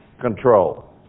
control